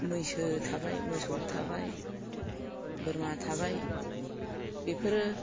मैसो थाबाय मोसौ थाबाय बोरमा थाबाय बेफोरो